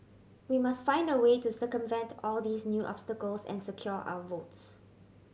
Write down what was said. we must find a way to circumvent all these new obstacles and secure our votes